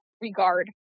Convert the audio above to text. Regard